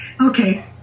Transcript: okay